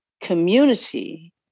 community